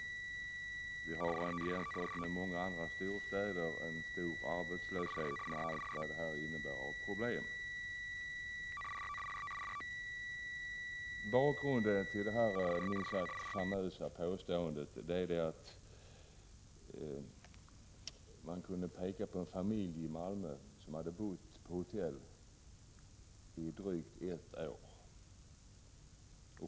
I Malmö har vi, jämfört med vad som är fallet i många andra storstäder, stor arbetslöshet med allt vad det innebär av problem. Bakgrunden till det här minst sagt famösa påståendet är att man kunde peka på en familj i Malmö som hade bott på hotell i drygt ett år.